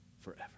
forever